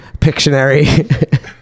Pictionary